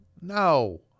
No